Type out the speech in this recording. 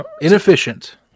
Inefficient